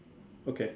okay